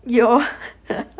ya